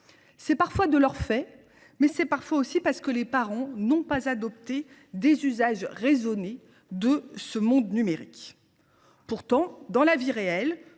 c’est de leur fait, d’autres fois, c’est parce que les parents n’ont pas adopté des usages raisonnés de ce monde numérique. Pourtant, dans la vie réelle,